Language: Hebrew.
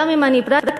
גם אם אני פרקטית,